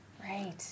Right